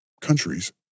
countries